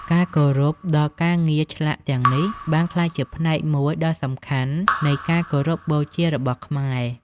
ការគោរពដល់ការងារឆ្លាក់ទាំងនេះបានក្លាយជាផ្នែកមួយដ៏សំខាន់នៃការគោរពបូជារបស់ខ្មែរ។